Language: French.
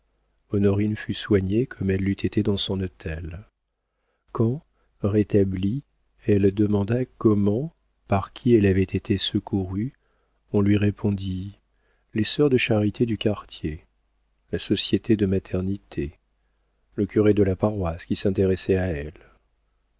honorine fut soignée comme elle l'eût été dans son hôtel quand rétablie elle demanda comment par qui elle avait été secourue on lui répondit les sœurs de charité du quartier la société de maternité le curé de la paroisse qui s'intéressait à elle